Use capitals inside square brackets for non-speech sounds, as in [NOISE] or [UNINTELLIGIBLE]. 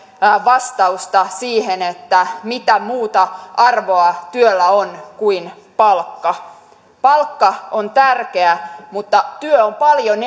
vastausta siihen että mitä muuta arvoa työllä on kuin palkka palkka on tärkeä mutta työ on paljon [UNINTELLIGIBLE]